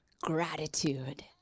gratitude